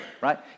right